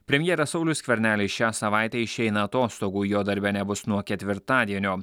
premjeras saulius skvernelis šią savaitę išeina atostogų jo darbe nebus nuo ketvirtadienio